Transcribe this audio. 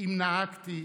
אם נהגתי,